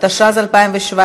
התשע"ז 2017,